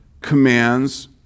commands